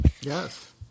yes